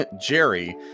Jerry